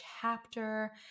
chapter